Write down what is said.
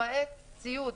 למעט ציוד